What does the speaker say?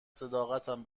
صداقتم